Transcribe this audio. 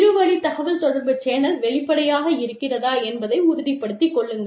இருவழி தகவல்தொடர்பு சேனல் வெளிப்படையாக இருக்கிறதா என்பதை உறுதிப்படுத்திக் கொள்ளுங்கள்